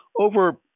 over